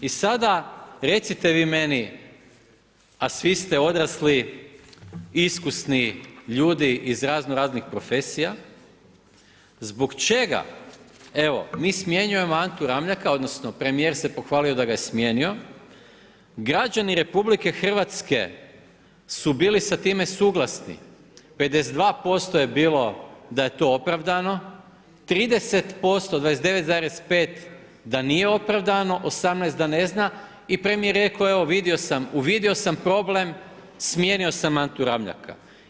I sada recite vi meni, a svi ste odrasli, iskusni ljudi iz razno raznih profesija, zbog čega evo, mi smjenjujemo Antu Ramljaka, odnosno premijer se pohvalio da ga je smijenio, građani RH su bili sa time suglasni, 52% je bilo da je to opravdano, 30%, 29,5 da nije opravdano, 18 da ne zna i premijer rekao evo uvidio sam problem, smijenio sam Antu Ramljaka.